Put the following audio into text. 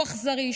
שהוא אכזרי,